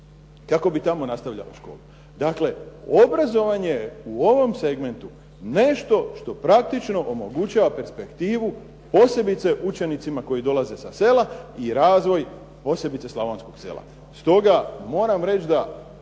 kako bi tamo nastavljali školu. Dakle, obrazovanje u ovom segmentu je nešto što praktično omogućava perspektivu posebice učenicima koji dolazi sa sela i razvoj posebice slavonskog sela.